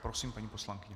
Prosím, paní poslankyně.